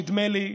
נדמה לי,